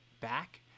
back